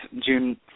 June